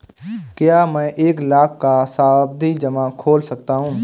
क्या मैं एक लाख का सावधि जमा खोल सकता हूँ?